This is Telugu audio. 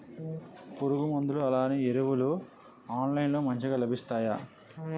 పురుగు మందులు అలానే ఎరువులు ఆన్లైన్ లో మంచిగా లభిస్తాయ?